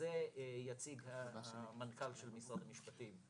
זה יציג המנכ"ל של משרד המשפטים בדיון.